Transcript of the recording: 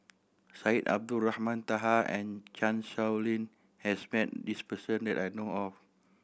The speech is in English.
Syed Abdulrahman Taha and Chan Sow Lin has met this person that I know of